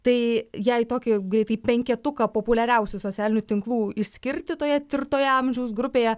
tai jei tokį greitai penketuką populiariausių socialinių tinklų išskirti toje tirtoje amžiaus grupėje